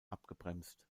abgebremst